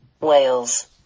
Wales